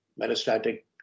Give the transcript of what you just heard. metastatic